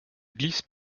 glisse